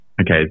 okay